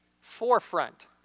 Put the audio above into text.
forefront